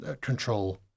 control